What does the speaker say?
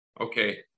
Okay